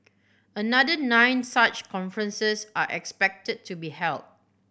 another nine such conferences are expected to be held